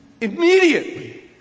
Immediately